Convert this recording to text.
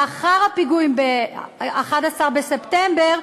לאחר הפיגועים ב-11 בספטמבר,